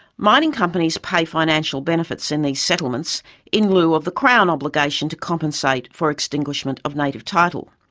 mining companies pay financial benefits in these settlements in lieu of the crown obligation to compensate for extinguishment of native title.